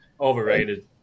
Overrated